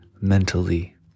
mentally